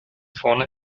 vorne